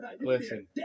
Listen